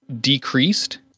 decreased